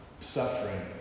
suffering